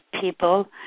people